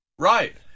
Right